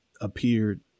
appeared